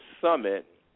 Summit